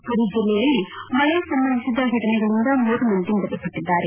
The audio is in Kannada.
ಪುರಿ ಜಿಲ್ಲೆಯಲ್ಲಿ ಮಳೆ ಸಂಬಂಧಿಸಿದ ಘಟನೆಗಳಿಂದ ಮೂರು ಮಂದಿ ಮೃತಪಟ್ಲಿದ್ದಾರೆ